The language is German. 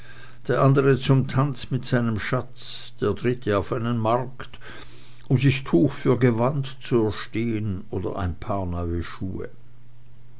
der andere zum tanz mit seinem schatz der dritte auf einen markt um sich tuch für gewand zu erstehen oder ein paar neue schuhe